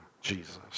Jesus